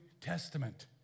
Testament